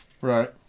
Right